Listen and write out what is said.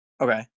Okay